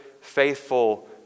faithful